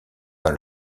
dans